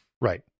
Right